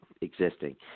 existing